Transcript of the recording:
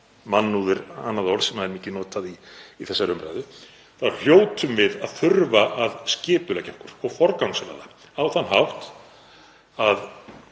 mannúð er annað orð sem er mikið notað í þessari umræðu — þá hljótum við að þurfa að skipuleggja okkur og forgangsraða á þann hátt að